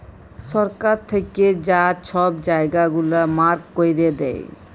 সরকার থ্যাইকে যা ছব জায়গা গুলা মার্ক ক্যইরে দেয়